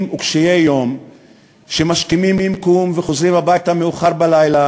וקשי-יום שמשכימים קום וחוזרים הביתה מאוחר בלילה